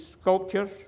sculptures